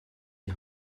die